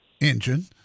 engine